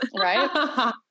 Right